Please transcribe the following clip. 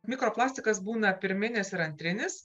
mikroplastikas būna pirminis ir antrinis